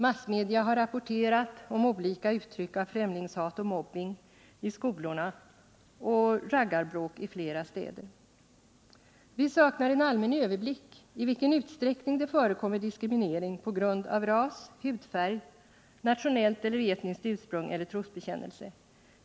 Massmedia har rapporterat om olika uttryck av främlingshat och mobbning i skolorna och raggarbråk i flera städer. Vi saknar en allmän överblick över i vilken utsträckning det förekommer diskriminering på grund av ras, hudfärg, nationellt eller etniskt ursprung eller trosbekännelse.